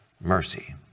mercy